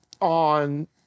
on